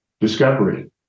discovery